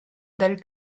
del